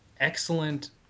excellent